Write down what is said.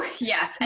yeah.